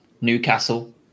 Newcastle